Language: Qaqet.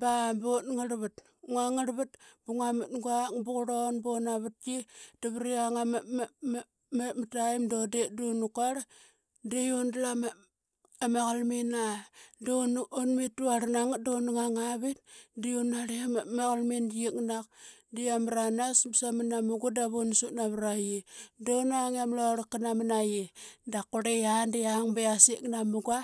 ba but ngarl vat. Ngua ngarlvat ba ngua mat guak ba qurlun bunavatki da vari yang ama taim dun det dun kuarl de undlama ama qalmina duna unmit tuarl nangat duna ngang avit de unarli ama qalmingi yaknak de yamranas ba samna ma munga davun sut navraqi. Dunang i ama namnaqi kurli ya da qiang ba yasik nama munga.